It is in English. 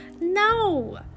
No